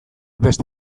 beste